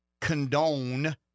condone